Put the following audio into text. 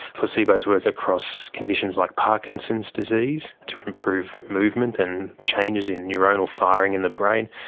placebos work across conditions like parkinson's disease to improve movement and changes in neuronal firing in the brain,